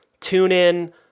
TuneIn